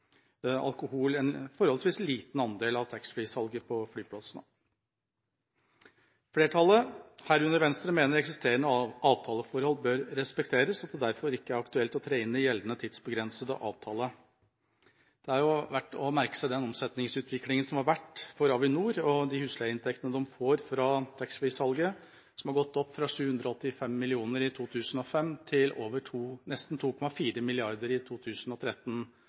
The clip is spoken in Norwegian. en forholdsvis liten andel av taxfree-salget på flyplassene. Flertallet, herunder Venstre, mener at eksisterende avtaleforhold bør respekteres, og at det derfor ikke er aktuelt å tre inn i gjeldende tidsbegrensede avtale. Det er verdt å merke seg at omsetningsutviklingen som har vært for Avinor, og husleieinntektene de får fra taxfree-salget, har gått opp fra 785 mill. kr i 2005 til nesten 2,4 mrd. kr i 2013,